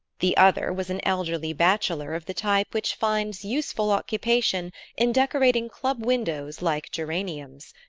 the other was an elderly bachelor of the type which finds useful occupation in decorating club windows like geraniums.